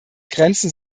grenzen